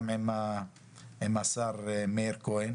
גם עם השר מאיר כהן.